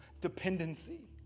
dependency